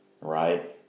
right